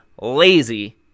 lazy